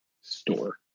store